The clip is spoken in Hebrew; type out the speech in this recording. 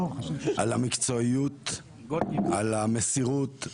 על המקצועיות, על המסירות.